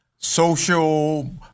social